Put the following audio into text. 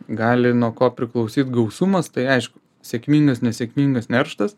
gali nuo ko priklausyt gausumas tai aišku sėkmingas nesėkmingas nerštas